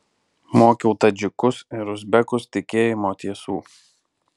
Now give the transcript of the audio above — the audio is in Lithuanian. mokiau tadžikus ir uzbekus tikėjimo tiesų